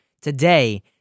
today